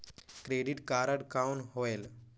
Credit card कौन होएल?